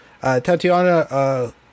Tatiana